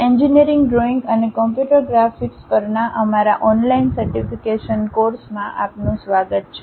engineering drawing અને computer graphics પરના અમારા ઓનલાઇન સર્ટિફિકેશન કોર્સમાં આપનું સ્વાગત છે